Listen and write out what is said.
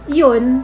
yun